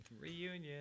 reunion